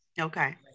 okay